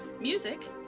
Music